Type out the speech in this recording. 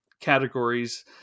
categories